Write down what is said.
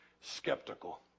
skeptical